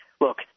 look